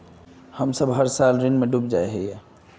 हम सब हर साल ऋण में डूब जाए हीये?